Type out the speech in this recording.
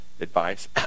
advice